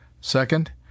Second